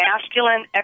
masculine